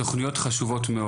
תוכניות הן דבר חשוב מאוד,